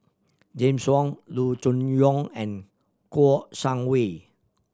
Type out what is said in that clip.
James Wong Loo Choon Yong and Kouo Shang Wei